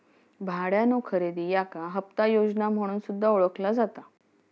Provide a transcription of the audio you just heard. भाड्यानो खरेदी याका हप्ता योजना म्हणून सुद्धा ओळखला जाता